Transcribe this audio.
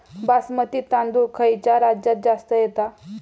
बासमती तांदूळ खयच्या राज्यात जास्त येता?